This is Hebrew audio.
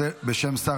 בשם שר